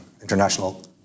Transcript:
international